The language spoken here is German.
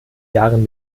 jahren